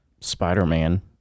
Spider-Man